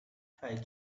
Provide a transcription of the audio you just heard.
five